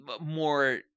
more